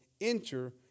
Enter